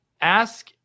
Ask